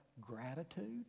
gratitude